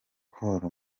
col